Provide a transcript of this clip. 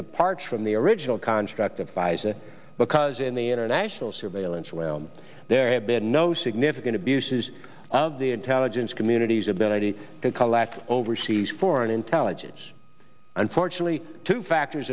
departs from the original construct of pfizer because in the international surveillance realm there have been no significant abuses of the intelligence community's ability to collect overseas foreign intelligence unfortunately two factors